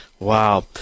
Wow